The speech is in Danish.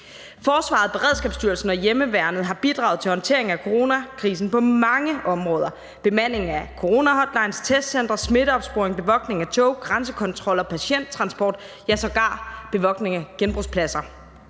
Forsvaret, Beredskabsstyrelsen og hjemmeværnet har bidraget til håndteringen af coronakrisen på mange områder: bemanding af coronahotlines, testcentre, smitteopsporing, bevogtning af tog, grænsekontrol og patienttransport, ja, sågar bevogtning af genbrugspladser.